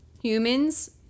Humans